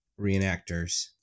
reenactors